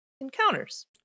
encounters